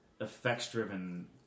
effects-driven